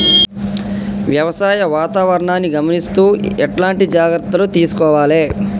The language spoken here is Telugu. వ్యవసాయ వాతావరణాన్ని గమనిస్తూ ఎట్లాంటి జాగ్రత్తలు తీసుకోవాలే?